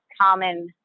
common